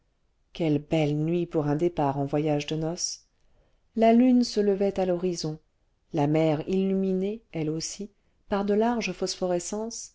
quelle belle nuit pour un départ en voyage de noces la lune se levait à l'horizon la mer illuminée elle aussi par de larges phosphorescences